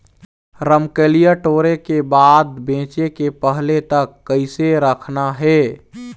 रमकलिया टोरे के बाद बेंचे के पहले तक कइसे रखना हे?